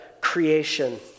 creation